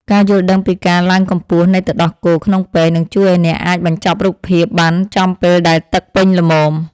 ការយល់ដឹងពីការឡើងកម្ពស់នៃទឹកដោះគោក្នុងពែង នឹងជួយឱ្យអ្នកអាចបញ្ចប់រូបភាពបានចំពេលដែលទឹកពេញល្មម។